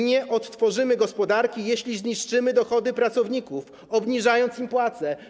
Nie odtworzymy gospodarki, jeśli zniszczymy dochody pracowników, obniżając im płace.